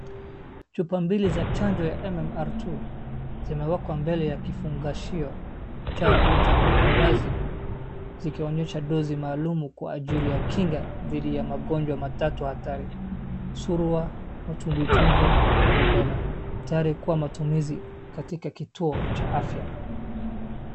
Chupa mbili za chanjo ya MRR2 zimewekwa mbele ya kifungashio chao kilichoandikwa wazi zikionyesha dozi maalum kwa ajili ya kinga dhidi ya magonjwa matatu hatari, surua, matumbwitumbwi na rubela. Tayari kwa matumizi katika kituo cha afya.